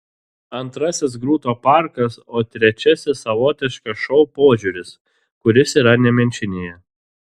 antrasis grūto parkas o trečiasis savotiškas šou požiūris kuris yra nemenčinėje